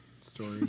story